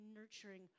nurturing